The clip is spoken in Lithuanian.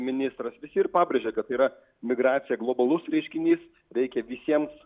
ministras visi ir pabrėžė kad yra migracija globalus reiškinys reikia visiems